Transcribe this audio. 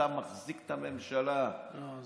ואתה מחזיק את הממשלה, לא.